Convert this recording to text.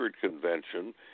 convention